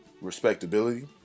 respectability